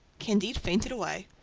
candide fainted away,